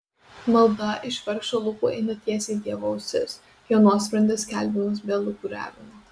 malda iš vargšo lūpų eina tiesiai į dievo ausis jo nuosprendis skelbiamas be lūkuriavimo